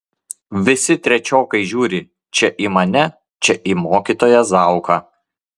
visi trečiokai žiūri čia į mane čia į mokytoją zauką